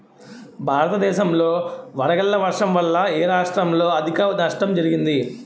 భారతదేశం లో వడగళ్ల వర్షం వల్ల ఎ రాష్ట్రంలో అధిక నష్టం జరిగింది?